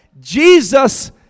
Jesus